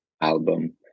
album